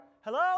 hello